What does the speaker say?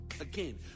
Again